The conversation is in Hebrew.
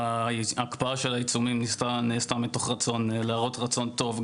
ההקפאה של העיצומים נעשתה מתוך רצון להראות רצון טוב,